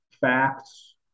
facts